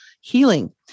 healing